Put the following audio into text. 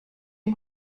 ihm